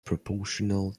proportional